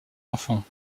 enfants